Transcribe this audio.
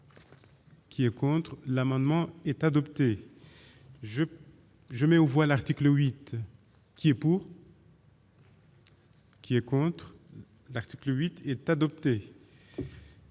qui est contre l'amendement est adopté je mais on voit l'article 13 qui est pour, qui est contre l'article 13 est adoptée